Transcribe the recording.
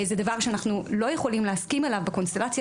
זה דבר שאנחנו לא יכולים להסכים אליו בקונסטלציה